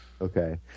Okay